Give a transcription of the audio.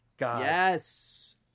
Yes